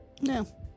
No